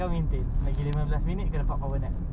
kau tengah buat ni ya kau tengah buat yoga